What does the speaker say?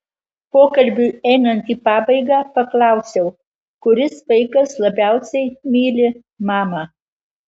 pokalbiui einant į pabaigą paklausiau kuris vaikas labiausiai myli mamą